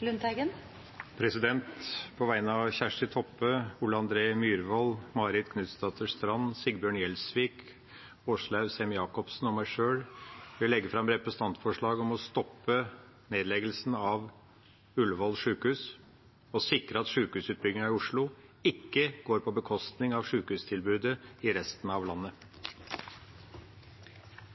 representantforslag. På vegne av Kjersti Toppe, Ole André Myhrvold, Marit Knutsdatter Strand, Sigbjørn Gjelsvik, Åslaug Sem-Jacobsen og meg sjøl vil jeg legge fram et representantforslag om å stoppe nedleggelsen av Ullevål sykehus og sikre at sykehusutbygginga i Oslo ikke går på bekostning av sykehustilbudet i resten av landet.